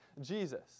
Jesus